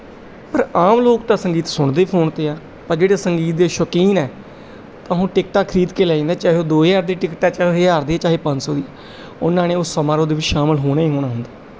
ਪਰ ਆਮ ਲੋਕ ਤਾਂ ਸੰਗੀਤ ਸੁਣਦੇ ਹੀ ਫ਼ੋਨ 'ਤੇ ਆ ਪਰ ਜਿਹੜੇ ਸੰਗੀਤ ਦੇ ਸ਼ੌਕੀਨ ਹੈ ਤਾਂ ਉਹ ਟਿਕਟਾਂ ਖਰੀਦ ਕੇ ਲੈ ਜਾਂਦੇ ਚਾਹੇ ਉਹ ਦੋ ਹਜ਼ਾਰ ਦੀ ਟਿਕਟ ਏ ਚਾਹੇ ਹਜ਼ਾਰ ਦੀ ਚਾਹੇ ਪੰਜ ਸੌ ਦੀ ਉਹਨਾਂ ਨੇ ਉਹ ਸਮਾਰੋਹ ਦੇ ਵਿੱਚ ਸ਼ਾਮਲ ਹੋਣੇ ਹੀ ਹੋਣਾ ਹੁੰਦਾ